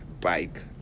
bike